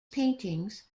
paintings